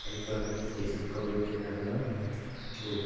एक प्रकार की केसेट का उपयोग किया जाता था जो